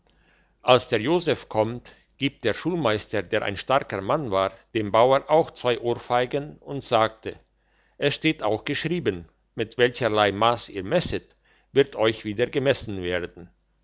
als der joseph kommt gibt der schulmeister der ein starker mann war dem bauer auch zwei ohrfeigen und sagte es steht auch geschrieben mit welcherlei mass ihr messet wird euch wieder gemessen werden